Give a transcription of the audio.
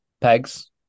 pegs